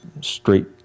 straight